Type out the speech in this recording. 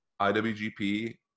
IWGP